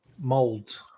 molds